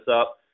up